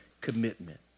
commitment